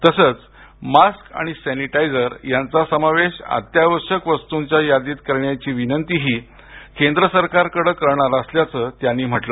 तसंच मास्क आणि सॅनिटायझर यांचा समावेश अत्यावश्यक वस्तूंच्या यादीत करण्याची विनंतीही केंद्र सरकारकडं करणार असल्याचं त्यांनी सांगितलं